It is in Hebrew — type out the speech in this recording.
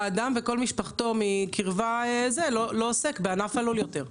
האדם וכל משפחתו מקרבה זה לא עוסק בענף הלול יותר.